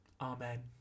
Amen